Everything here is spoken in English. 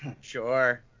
sure